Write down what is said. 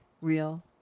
real